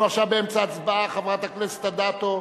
אנחנו עכשיו באמצע הצבעה, חברת הכנסת אדטו.